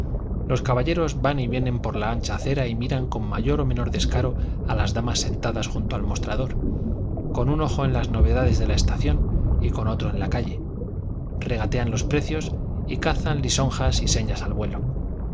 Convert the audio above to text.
los caballeros van y vienen por la ancha acera y miran con mayor o menor descaro a las damas sentadas junto al mostrador con un ojo en las novedades de la estación y con otro en la calle regatean los precios y cazan lisonjas y señas al vuelo